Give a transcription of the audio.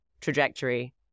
trajectory